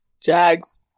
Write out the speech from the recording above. Jags